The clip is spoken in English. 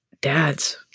dads